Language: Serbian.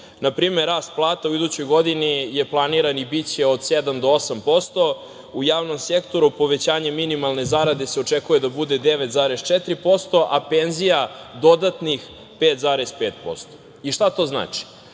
Na primer, rast plata u idućoj godini je planiran i biće od 7 do 8%, u javnom sektoru povećanje minimalne zarade se očekuje da bude 9,4%, a penzija dodatnih 5,5%.Šta to znači?